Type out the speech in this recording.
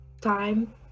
time